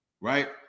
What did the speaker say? right